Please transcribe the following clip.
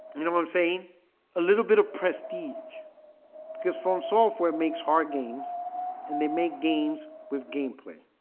you know, i'm saying a little bit of prestige because from software it makes heart games and they make games with game play